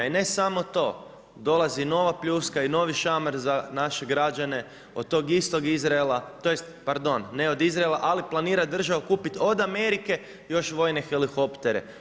I ne samo to, dolazi nova pljuska i novi šamar za naše građane od tog istog Izraela, tj. pardon, ne od Izraela, ali planira država kupit od Amerike još vojne helihoptere.